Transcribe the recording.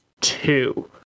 two